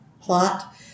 plot